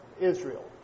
Israel